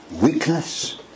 weakness